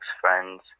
friends